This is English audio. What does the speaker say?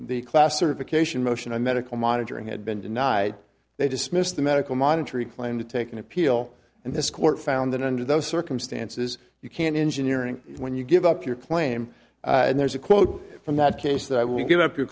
the classification motion and medical monitoring had been denied they dismissed the medical monitoring claim to take an appeal and this court found that under those circumstances you can't engineering when you give up your claim and there's a quote from that case that i would give up your